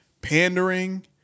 pandering